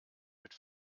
mit